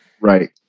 right